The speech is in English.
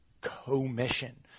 Commission